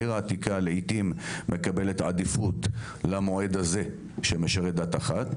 העיר העתיקה לעיתים מקבלת עדיפות למועד הזה שמשרת דת אחת,